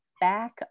back